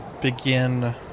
begin